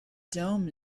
dome